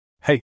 Hey